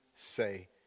Say